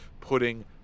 putting